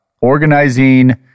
organizing